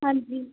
ਹਾਂਜੀ